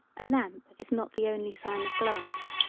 a lamp is not the only sign of glass.